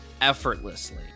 effortlessly